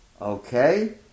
okay